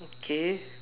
okay